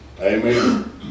Amen